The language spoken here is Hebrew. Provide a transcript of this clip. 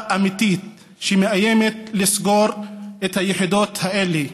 אמיתית שמאיימת לסגור את היחידות האלה.